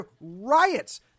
riots